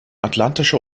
atlantische